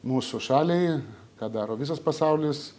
mūsų šaliai ką daro visas pasaulis